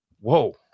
whoa